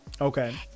Okay